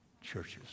churches